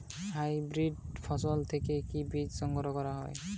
Hybrid ফসল থেকে কি বীজ সংগ্রহ করা য়ায়?